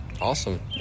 Awesome